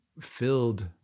filled